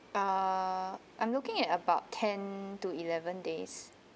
ah I'm looking at about ten to eleven days